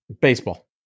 baseball